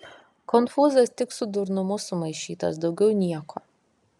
konfūzas tik su durnumu sumaišytas daugiau nieko